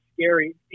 scary